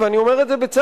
ואני אומר לכם,